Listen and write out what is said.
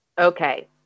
Okay